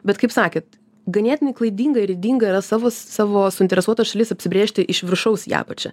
bet kaip sakėt ganėtinai klaidinga ir ydinga yra savus savo suinteresuotas šalis apsibrėžti iš viršaus į apačią